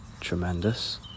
tremendous